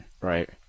right